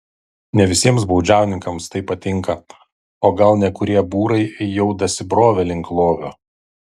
ne visiems baudžiauninkams tai patinka o gal nekurie būrai jau dasibrovė link lovio